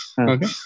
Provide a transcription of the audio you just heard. Okay